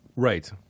Right